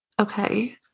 Okay